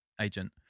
agent